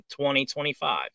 2025